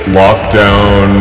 lockdown